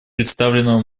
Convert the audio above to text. представленного